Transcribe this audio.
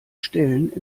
stellen